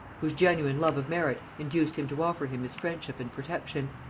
whose genuine love of merit induced him to offer him his friendship and protection.